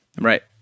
Right